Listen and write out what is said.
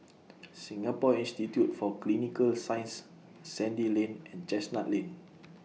Singapore Institute For Clinical Sciences Sandy Lane and Chestnut Lane